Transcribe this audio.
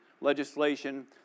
legislation